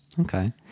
Okay